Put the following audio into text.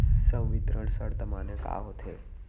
संवितरण शर्त माने का होथे?